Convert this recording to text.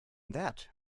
that